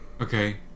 Okay